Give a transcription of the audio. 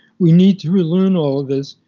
we need to relearn all of this.